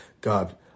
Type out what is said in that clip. God